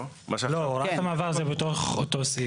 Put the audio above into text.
לא, הוראת המעבר זה בתוך אותו סעיף.